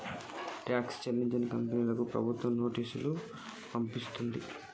tax చెల్లించని కంపెనీలకు ప్రభుత్వం నోటీసులు పంపించింది